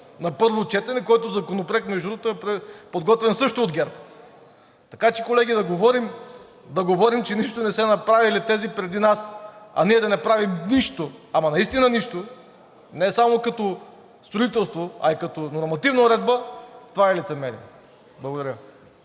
на първо четене, който законопроект между другото е подготвен също от ГЕРБ. Така че колеги, да говорим, че нищо не са направили тези преди нас, а ние да не правим нищо, ама наистина нищо, не само като строителство, а и като нормативна уредба – това е лицемерие. Благодаря.